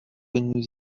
nous